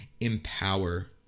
empower